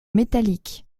métallique